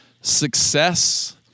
Success